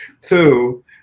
Two